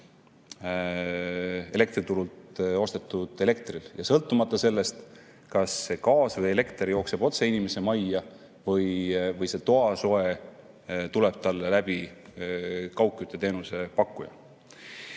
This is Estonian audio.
elektriturult ostetud elektril, ja sõltumata sellest, kas see gaas või elekter jookseb otse inimese majja või tuleb toasoe talle kaugkütteteenuse pakkuja